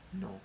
No